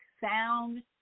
sound